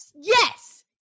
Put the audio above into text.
yes